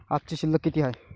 आजची शिल्लक किती हाय?